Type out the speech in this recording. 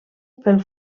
pel